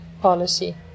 policy